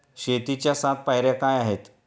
शेतीच्या सात पायऱ्या काय आहेत?